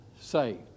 saved